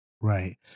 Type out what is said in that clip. right